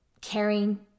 caring